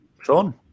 Sean